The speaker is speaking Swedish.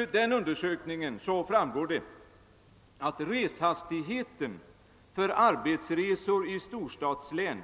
Av denna undersökning framgår att hastigheten för arbetsresor i storstadslän